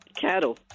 Cattle